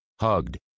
hugged